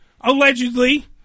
allegedly